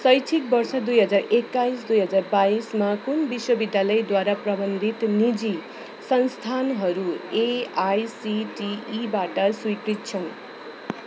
शैक्षिक वर्ष दुई हजार एक्काइस दुई हजार बाइसमा कुन विश्वविद्यालयद्वारा प्रबन्धित निजी संस्थानहरू एआइसिटिईबाट स्वीकृत छन्